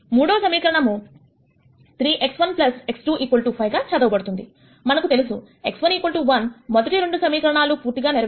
మూడవ సమీకరణము 3x1 x2 5 గా చదవబడుతుందిమనకు తెలుసు x1 1 మొదటి రెండు సమీకరణాలను పూర్తిగా నెరవేరుస్తుంది